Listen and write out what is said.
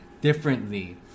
differently